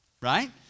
right